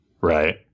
Right